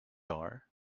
are